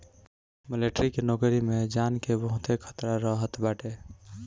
military के नोकरी में जान के बहुते खतरा रहत बाटे